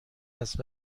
است